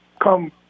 come